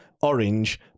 orange